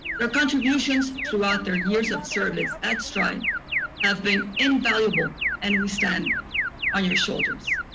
their contributions throughout their years of service at stri have been invaluable and we stand on your shoulders.